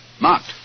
Marked